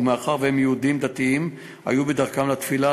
הם יהודים דתיים והיו בדרכם לתפילה,